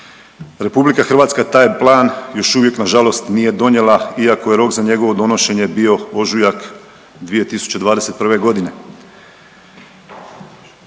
RH taj plan još uvijek nažalost nije donijela iako je rok za njegovo donošenje bio ožujak 2021.g..